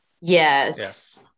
Yes